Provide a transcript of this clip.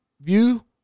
View